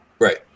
right